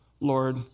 Lord